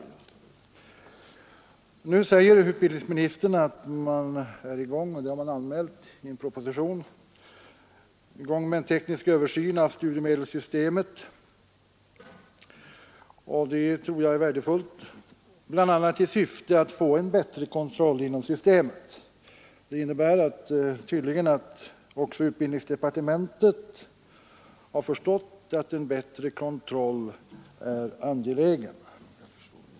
MMMJM—————— Nu säger utbildningsministern att man är i gång — och det har man Om vidgad tillämpanmält i en proposition — med en teknisk översyn av studiemedelsning av den s.k. systemet, bl.a. i syfte att få en bättre kontroll inom systemet, och det 80-procentsregeln tror jag är värdefullt. Det innebär tydligen att också utbildningsdepartevid förmögenhetsbeskattning mentet har förstått att en bättre kontroll är angelägen.